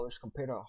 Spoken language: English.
compared